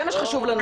זה מה שחשוב לנו.